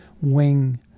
Wing